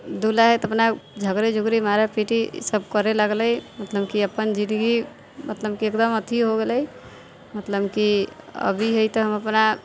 दूल्हा है तऽ अपना झगड़ा झूगरी मारा पिटी ई सब करै लगलै मतलब की अप्पन जिन्दगी मतलब की एकदम अथी हो गेलै मतलब की अभी है तऽ हम अपना